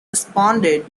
responded